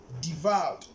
devoured